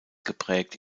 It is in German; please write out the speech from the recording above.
geprägt